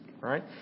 Right